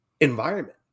environment